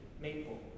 maple